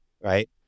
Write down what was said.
right